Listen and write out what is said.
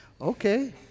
Okay